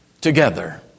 together